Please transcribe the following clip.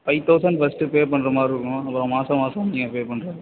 five thousand first pay பண்ணுற மாதிரி இருக்கும் அப்புறம் மாதம் மாதம் நீங்கள் பே பண்ணுறது